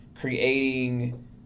creating